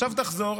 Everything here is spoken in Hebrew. עכשיו תחזור.